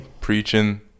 preaching